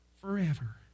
forever